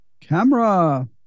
camera